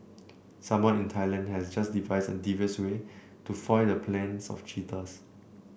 someone in Thailand has just devised a devious way to foil the plans of cheaters